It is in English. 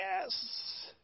Yes